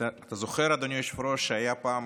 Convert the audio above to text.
אתה זוכר, אדוני היושב-ראש, שהיה פעם